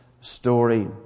story